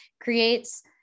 creates